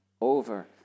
over